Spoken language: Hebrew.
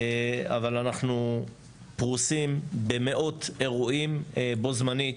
אבל אנחנו פרוסים במאות אירועים בו-זמנית